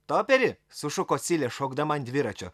toperi sušuko silė šokdama ant dviračio